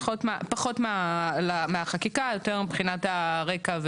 פחות מהחקיקה, יותר מבחינת הרקע.